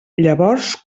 llavors